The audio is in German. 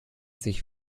sich